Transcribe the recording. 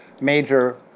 major